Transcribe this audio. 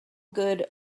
good